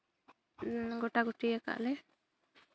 ᱜᱳᱴᱟᱜᱩᱴᱤ ᱟᱠᱟᱫᱟᱞᱮ